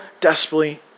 desperately